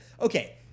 okay